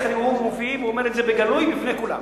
איך אני והוא מופיעים והוא אומר את זה בגלוי לפני כולם.